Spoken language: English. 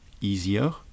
easier